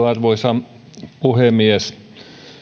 arvoisa puhemies